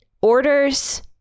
orders